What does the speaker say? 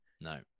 No